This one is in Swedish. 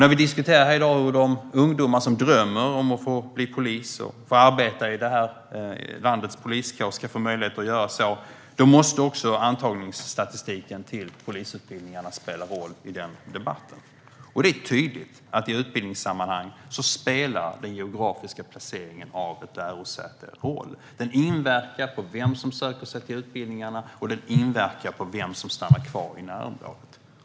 När vi diskuterar hur de ungdomar som drömmer om att bli polis och få arbeta i det här landets poliskår ska få möjligheter att göra så måste också antagningsstatistiken till polisutbildningarna spela en roll. Det är tydligt att i utbildningssammanhang spelar den geografiska placeringen av ett lärosäte roll. Den inverkar på vem som söker sig till utbildningarna, och den inverkar på vem som stannar kvar i närområdet.